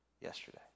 yesterday